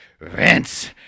Vince